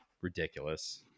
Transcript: Ridiculous